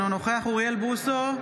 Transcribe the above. אינו נוכח אוריאל בוסו,